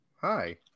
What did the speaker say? hi